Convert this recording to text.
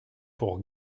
pour